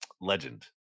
legend